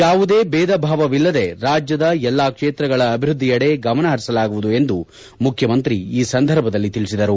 ಯಾವುದೇ ಬೇಧ ಭಾವವಿಲ್ಲದೆ ರಾಜ್ಯದ ಎಲ್ಲ ಕ್ಷೇತ್ರಗಳ ಅಭಿವೃದ್ಧಿಯೆಡೆ ಗಮನ ಪರಿಸಲಾಗುವುದು ಎಂದು ಮುಖ್ಯಮಂತ್ರಿ ಈ ಸಂದರ್ಭದಲ್ಲಿ ತಿಳಿಸಿದರು